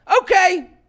okay